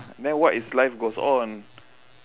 then what is life goes on